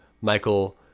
Michael